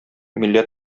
милләт